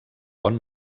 bon